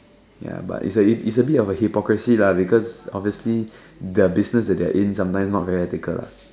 ya but it's a bit of a hypocrisy lah because obviously the business that they're in sometimes not very ethical lah